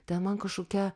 ten man kažkokia